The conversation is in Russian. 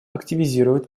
активизировать